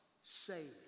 saved